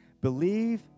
believe